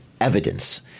evidence